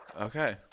Okay